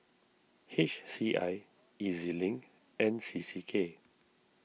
H C I E Z Link and C C K